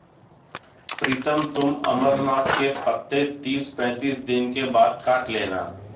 प्रीतम तुम अमरनाथ के पत्ते तीस पैंतीस दिन के बाद काट लेना